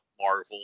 Marvel